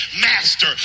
master